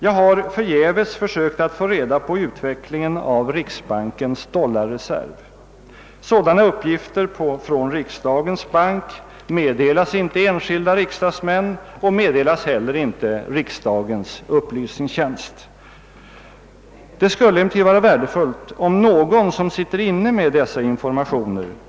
Jag har förgäves försökt få reda på utvecklingen av riksbankens 'dollarreserv. Sådana uppgifter från riksdagens bank meddelas inte riksdagens upplysningstjänst. Det skulle emellertid vara värdefullt, om någon som sitter inne med dessa informationer.